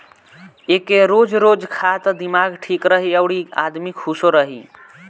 एके रोज रोज खा त दिमाग ठीक रही अउरी आदमी खुशो रही